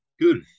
Good